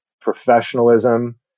professionalism